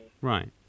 right